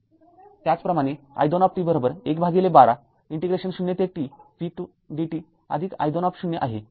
त्याचप्रमाणे i२११२ इंटिग्रेशन ० ते t V२dt आदिक i२० आहे